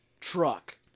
Truck